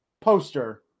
poster